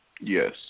Yes